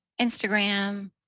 Instagram